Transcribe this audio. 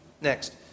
Next